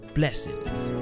blessings